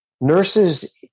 Nurses